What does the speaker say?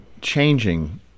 changing